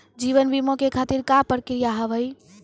जीवन बीमा के खातिर का का प्रक्रिया हाव हाय?